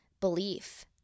Belief